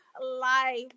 life